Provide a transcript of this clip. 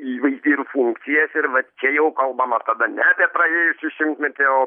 įvaizdį ir funkcijas ir va čia jau kalbama tada ne apie praėjusį šimtmetį o